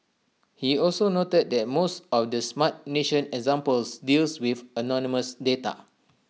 he also noted that most of the Smart Nation examples deal with anonymous data